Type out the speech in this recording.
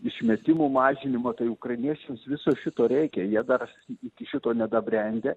išmetimų mažinimo tai ukrainiečiams viso šito reikia jie dar iki šito nedabrendę